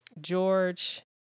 George